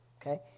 okay